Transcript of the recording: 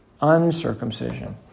uncircumcision